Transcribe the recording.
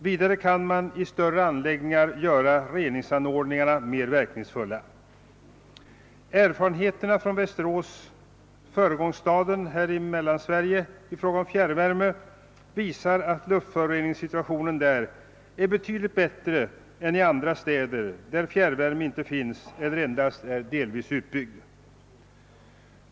Vidare kan man i större anläggningar göra reningsanordningarna mer verkningsfulla. Erfarenheterna från Västerås — föregångsstaden här i Mellansverige i fråga om fjärrvärme — visar att luftföroreningssituationen där är betydligt bättre än i andra städer, där fjärrvärme inte finns eller endast är delvis utbyggd.